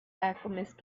alchemist